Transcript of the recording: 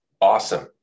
awesome